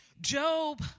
Job